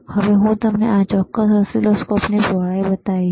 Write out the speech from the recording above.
અને હવે હું તમને આ ચોક્કસ ઓસિલોસ્કોપની પહોળાઈ બતાવીશ